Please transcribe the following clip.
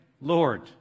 Lord